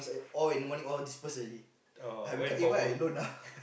it's like all in the morning all disperse already I wake up eh why I alone ah